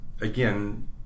again